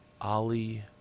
Ali